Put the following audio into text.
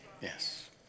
yes